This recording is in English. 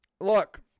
Look